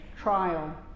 trial